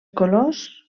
colors